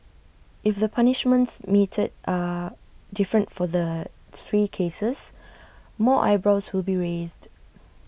if the punishments meted are different for the three cases more eyebrows would be raised